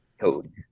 code